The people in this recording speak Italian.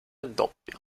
doppia